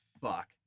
fuck